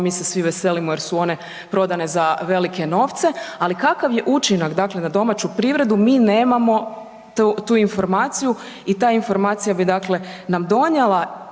mi se svi veselimo jer su one prodane za velike novce, ali kakav je učinak dakle na domaću privredu mi nemamo tu informaciju i ta informacija bi dakle nam donijela